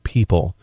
People